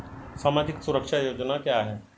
सामाजिक सुरक्षा योजना क्या है?